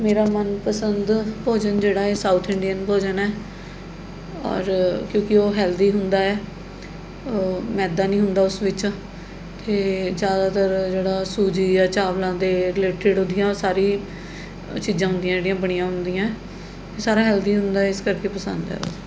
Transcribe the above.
ਮੇਰਾ ਮਨਪਸੰਦ ਭੋਜਨ ਜਿਹੜਾ ਹੈ ਸਾਊਥ ਇੰਡੀਅਨ ਭੋਜਨ ਹੈ ਔਰ ਕਿਉਂਕਿ ਉਹ ਹੈਲਦੀ ਹੁੰਦਾ ਹੈ ਉਹ ਮੈਦਾ ਨਹੀਂ ਹੁੰਦਾ ਉਸ ਵਿੱਚ ਅਤੇ ਜ਼ਿਆਦਾਤਰ ਜਿਹੜਾ ਸੂਜੀ ਜਾਂ ਚਾਵਲਾਂ ਦੇ ਰੀਲੇਟਿਡ ਉਹਦੀਆਂ ਸਾਰੀ ਚੀਜ਼ਾਂ ਹੁੰਦੀਆਂ ਜਿਹੜੀਆਂ ਬਣੀਆਂ ਹੁੰਦੀਆਂ ਸਾਰਾ ਹੈਲਦੀ ਹੁੰਦਾ ਇਸ ਕਰਕੇ ਪਸੰਦ ਹੈ